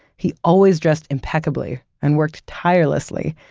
he always dressed impeccably and worked tirelessly.